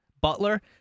Butler